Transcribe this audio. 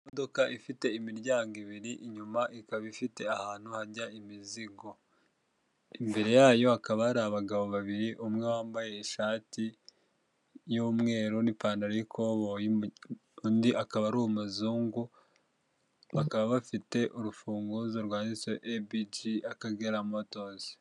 Imodoka ifite imiryango ibiri inyuma ikaba ifite ahantu hajya imizigo, imbere yayo hakaba hari abagabo babiri umwe wambaye ishati y'umweru n'ipantaro, undi akaba ari umuzungu bakaba bafite urufunguzo rwa Ebiji akagera motozi.